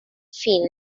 film